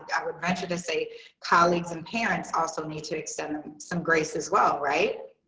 i would venture to say colleagues and parents also need to extend them some grace as well right?